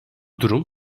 durum